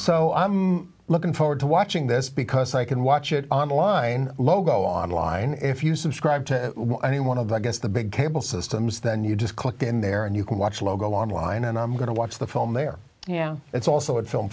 so i'm looking forward to watching this because i can watch it online logo online if you subscribe to any one of the i guess the big cable systems then you just click in there and you can watch logo online and i'm going to watch the film there yeah it's also at film